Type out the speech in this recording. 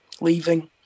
Leaving